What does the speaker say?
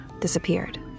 disappeared